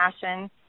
passion